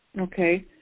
Okay